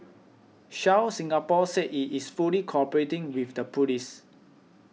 shell Singapore said it is fully cooperating with the police